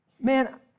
Man